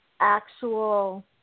actual